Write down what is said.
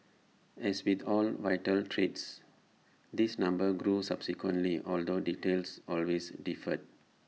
as with all vital trades this number grew subsequently although details always differed